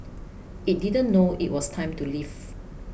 it didn't know it was time to leave